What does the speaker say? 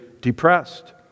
depressed